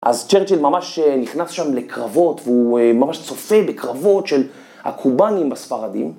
אז צ'רצ'ל ממש נכנס שם לקרבות והוא ממש צופה בקרבות של הקובנים בספרדים.